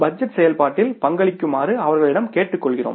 budget செயல்பாட்டில் பங்களிக்குமாறு அவர்களிடம் கேட்டுக்கொள்கிறோம்